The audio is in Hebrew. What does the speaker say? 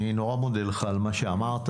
אני נורא מודה לך על מה שאמרת.